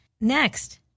next